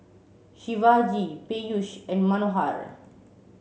Shivaji Peyush and Manohar